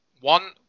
one